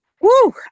Woo